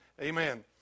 amen